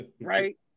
Right